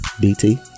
BT